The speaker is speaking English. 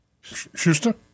Schuster